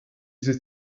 sich